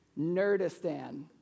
Nerdistan